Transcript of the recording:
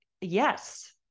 Yes